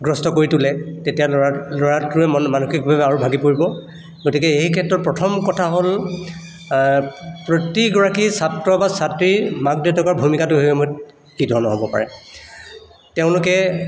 গ্ৰস্ত কৰি তোলে তেতিয়া ল'ৰা ল'ৰাটোৱে মানসিকভাৱে আৰু ভাগি পৰিব গতিকে এই ক্ষেত্ৰত প্ৰথম কথা হ'ল প্ৰতিগৰাকী ছাত্ৰ বা ছাত্ৰীৰ মাক দেউতাকৰ ভূমিকাটো সেই সময়ত কি ধৰণৰ হ'ব পাৰে তেওঁলোকে